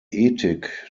ethik